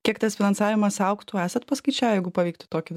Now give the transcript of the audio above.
kiek tas finansavimas augtų esat paskaičiavę jeigu pavyktų tokį